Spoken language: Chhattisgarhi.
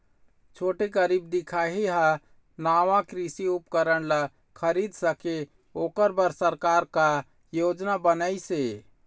छोटे गरीब दिखाही हा नावा कृषि उपकरण ला खरीद सके ओकर बर सरकार का योजना बनाइसे?